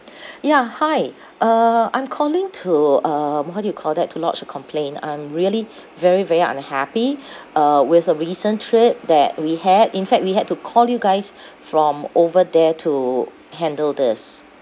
ya hi uh I'm calling to um what do you call that to lodge a complaint I'm really very very unhappy uh with a recent trip that we had in fact we had to call you guys from over there to handle this